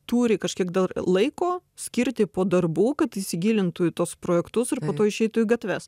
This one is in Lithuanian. turi kažkiek dar laiko skirti po darbų kad įsigilintų į tuos projektus ir po to išeitų į gatves